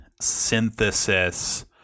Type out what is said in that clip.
synthesis